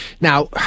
Now